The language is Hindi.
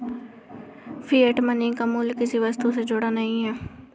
फिएट मनी का मूल्य किसी वस्तु से जुड़ा नहीं है